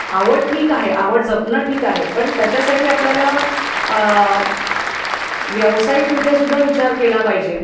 आवड ठीक आहे आवड जपणं ठीक आहे पण त्याच्यासाठी आपल्याला व्यावसायिकरित्यासुद्धा विचार केला पाहिजे